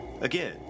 Again